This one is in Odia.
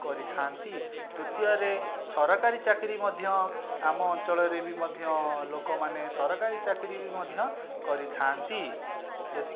କରିଥାନ୍ତି ତୃତୀୟରେ ସରକାରୀ ଚାକିରି ମଧ୍ୟ ଆମ ଅଞ୍ଚଳରେ ବି ମଧ୍ୟ ଲୋକମାନେ ସରକାରୀ ଚାକିରି ବି ମଧ୍ୟ କରିଥାନ୍ତି ଏ